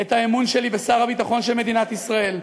את האמון שלי בשר הביטחון של מדינת ישראל.